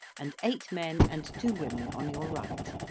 and eight men and two women on your right.